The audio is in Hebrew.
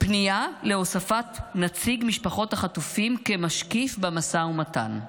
פנייה להוספת נציג משפחות החטופים כמשקיף במשא ומתן.